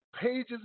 Pages